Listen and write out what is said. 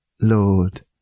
Lord